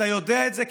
אתה יודע את זה,